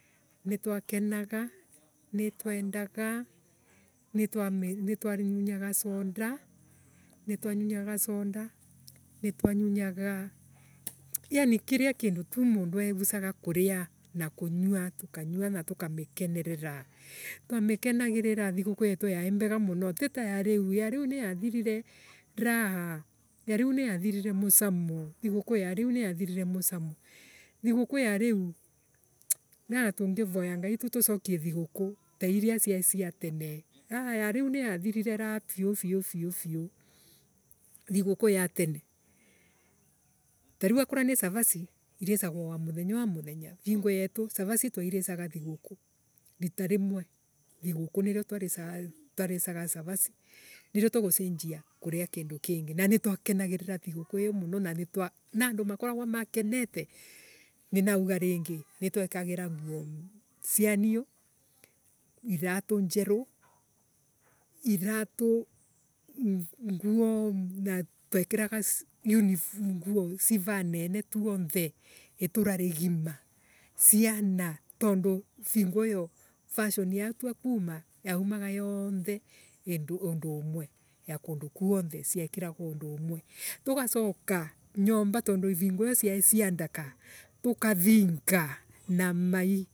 Nitwakenaga nitwendaga nitwa Nitanyunyaga sonda. nitwanyunyaga sonda nitwanyunyaga. Yani kiria mundu Egucaga kuria na kunywa tukaria na tukanywa na kumi kenerera. Twamikenagirira thiguku yetu yaii mbega muno titayariu ya ya riu niyathirire rabaa ya riu niyathirire mucamo thiguku ya riu niyathirire mucamo. Thiguku ya iriu nioa tungivoya ngai tu tucokie thiguku tairia cia cia tene. Aah ya riu ni ya thirire raa. fiu fiu fiu. Thiguku ya tene. tariu akorwo ni cavaci twaricaga cavaci. Nirio tugu cenjia kuria kindu kingi na nitwakenaojirira thiguku iiyo muno na andu makoragwo makenete. Ninauga ringi nitwekagira nguo cia niuu iratu njeru iratu nguo. na twekiraga yuo Nguo civanene tuonthe itura rigima ciana tondu vingo iyo fashion yatuakuma. yaumaga yaonthe undu umwe ya kundu kwuonthe ciekiragwa undu umwe. Tugacoka nyomba tondu ringo iiyo ciaii cia ndaka tuka thinga na maii